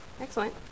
Excellent